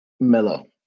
Mellow